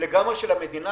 של מדינה,